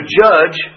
judge